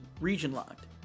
region-locked